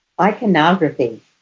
Iconography